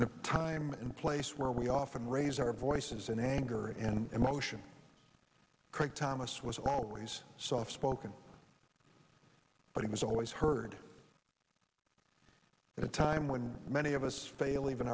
a time and place where we often raise our voices in anger and emotion craig thomas was always soft spoken but he was always heard at a time when many of us fail even